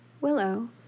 Willow